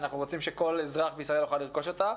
שאנחנו רוצים שכל אזרח בישראל יוכל לרכוש אותה,